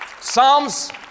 Psalms